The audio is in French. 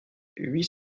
huit